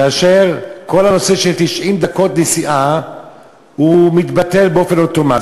כאשר כל הנושא של 90 דקות נסיעה מתבטל באופן אוטומטי.